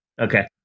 okay